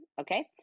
Okay